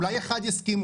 אולי אחד יסכים,